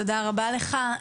תודה רבה לך.